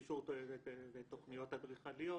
אישור ותוכניות אדריכליות